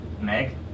Meg